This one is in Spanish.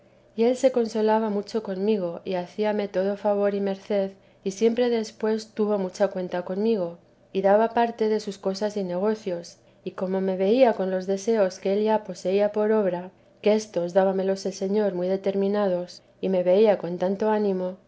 y él se consolaba mucho conmigo y hacíame todo favor y merced y siempre después tuvo mucha cuenta conmigo y dábame parte de sus cosas y negocios y como me veía con los deseos que él ya poseía por obra que éstos dábamelos el señor muy determinados y me veía con tanto ánimo